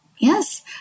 Yes